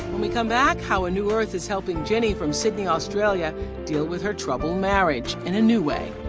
we come back, how a new earth is helping jenny from sydney, australia deal with her troubled marriage in a new way.